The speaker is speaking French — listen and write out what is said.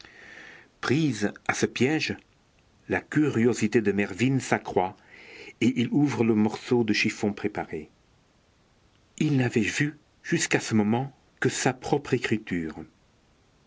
prise à ce piège la curiosité de mervyn s'accroît et il ouvre le morceau de chiffon préparé il n'avait vu jusqu'à ce moment que sa propre écriture